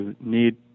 need